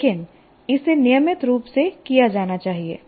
लेकिन इसे नियमित रूप से किया जाना चाहिए